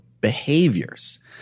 behaviors